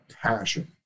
passion